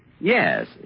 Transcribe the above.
Yes